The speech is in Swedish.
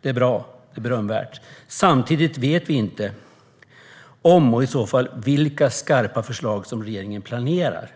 Det är bra och berömvärt. Samtidigt vet vi inte om och i så fall vilka skarpa förslag som regeringen planerar.